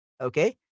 okay